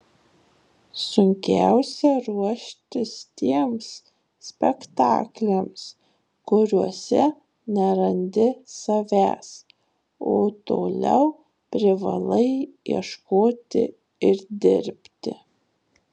sunkiausia ruoštis tiems spektakliams kuriuose nerandi savęs o toliau privalai ieškoti ir dirbti